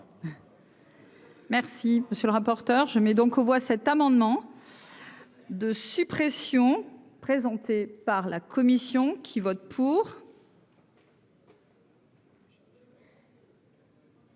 Merci, monsieur le rapporteur, je mets donc aux voix cet amendement de suppression présentés par la Commission, qui vote pour.